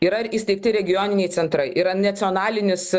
yra ir įsteigti regioniniai centrai yra nacionalinis